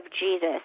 Jesus